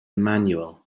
manual